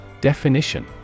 Definition